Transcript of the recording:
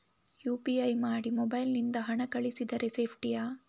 UPI ಮಾಡಿ mobile ನಿಂದ ಹಣ ಕಳಿಸಿದರೆ ಸೇಪ್ಟಿಯಾ?